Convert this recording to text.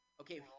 Okay